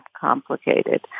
complicated